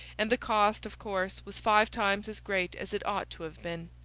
and the cost, of course, was five times as great as it ought to have been.